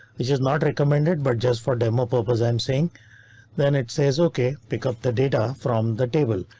which is not recommended but just for demo purpose i'm saying then it says ok. pick up the data from the table.